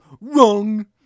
Wrong